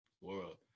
world